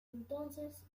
entonces